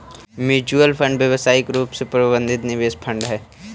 mutual fund व्यावसायिक रूप से प्रबंधित निवेश फंड हई